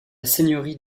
seigneurie